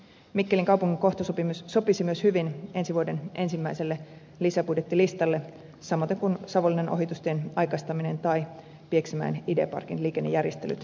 mikkelin kaupungin kohta sopisi myös hyvin ensi vuoden ensimmäiselle lisäbudjettilistalle samoiten kuin savonlinnan ohitustien aikaistaminen tai pieksämäen ideaparkin liikennejärjestelyt